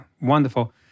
Wonderful